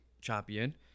champion